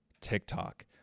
TikTok